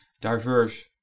diverse